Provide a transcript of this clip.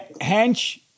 Hench